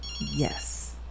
Yes